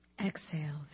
Exhale